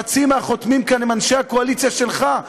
חצי מהחותמים כאן הם אנשי הקואליציה שלך.